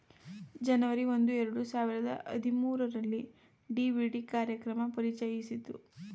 ಜನವರಿ ಒಂದು ಎರಡು ಸಾವಿರದ ಹದಿಮೂರುರಲ್ಲಿ ಡಿ.ಬಿ.ಡಿ ಕಾರ್ಯಕ್ರಮ ಪರಿಚಯಿಸಿತು